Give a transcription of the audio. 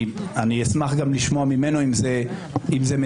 אני אשמח גם לשמוע ממנו אם זה מדויק.